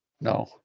No